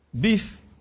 Beef